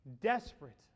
desperate